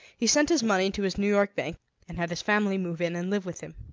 he sent his money to his new york bank and had his family move in and live with him.